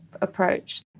approach